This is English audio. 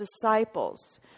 disciples